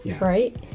right